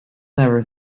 never